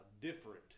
different